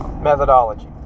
methodology